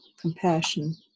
compassion